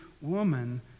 woman